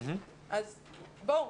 אז בואו,